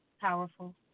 Powerful